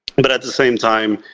and but at the same time,